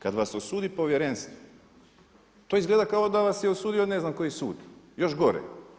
Kad vas osudi povjerenstvo, to izgleda kao da vas je osudio ne znam koji sud, još gore.